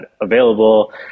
available